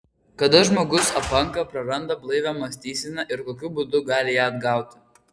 kada žmogus apanka praranda blaivią mąstyseną ir kokiu būdu gali ją atgauti